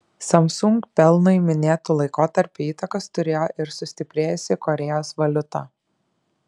samsung pelnui minėtu laikotarpiu įtakos turėjo ir sustiprėjusi korėjos valiuta